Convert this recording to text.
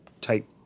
take